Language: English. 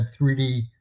3D